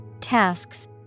tasks